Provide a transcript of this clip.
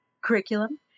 curriculum